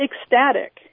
ecstatic